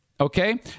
Okay